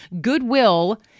Goodwill